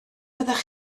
byddech